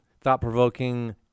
thought-provoking